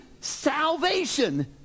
salvation